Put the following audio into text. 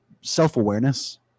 self-awareness